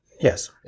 Yes